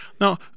Now